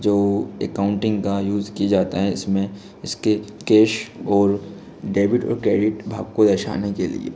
जो एकाउंटिंग का यूज़ किए जाता है इसमें इसके केश और डेबिट और क्रेडिट भाग को दर्शाने के लिए